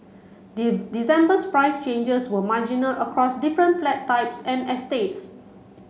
December's price changes were marginal across different flat types and estates